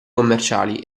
commerciali